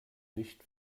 nicht